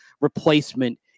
replacement